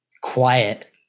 quiet